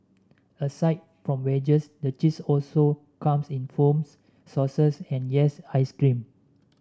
aside from wedges the cheese also comes in foams sauces and yes ice cream